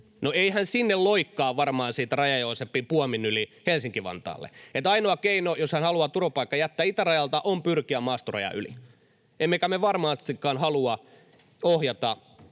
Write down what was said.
No, ei hän loikkaa varmaan siitä Raja-Joosepin puomin yli sinne Helsinki—Vantaalle, niin että ainoa keino, jos hän haluaa turvapaikkahakemuksen jättää itärajalta, on pyrkiä maastorajan yli, emmekä me varmastikaan halua ohjata